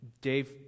Dave